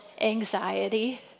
anxiety